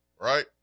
right